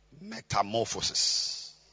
Metamorphosis